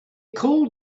called